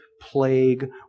plague